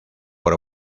por